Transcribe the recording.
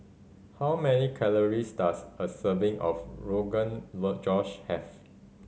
how many calories does a serving of Rogan Josh have